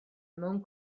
mewn